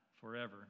forever